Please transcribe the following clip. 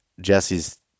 Jesse's